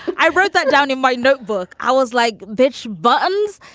i wrote that down in my notebook. i was like, bitch buttons,